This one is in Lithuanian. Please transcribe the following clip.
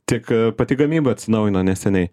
tik pati gamyba atsinaujino neseniai